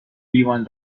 لیوان